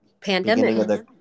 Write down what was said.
pandemic